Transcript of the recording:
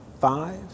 Five